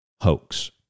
hoax